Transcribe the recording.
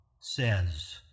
says